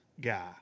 guy